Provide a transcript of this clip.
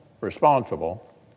responsible